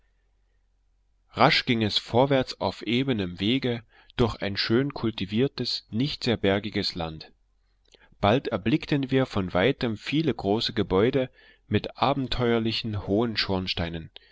rasch ging es vorwärts auf ebenem wege durch ein schön kultiviertes nicht sehr bergiges land bald erblickten wir von weitem viele große gebäude mit abenteuerlichen hohen schornsteinen